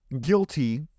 guilty